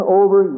over